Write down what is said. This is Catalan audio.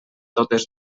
totes